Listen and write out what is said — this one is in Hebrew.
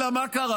אלא מה קרה?